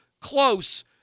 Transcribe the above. close